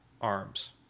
arms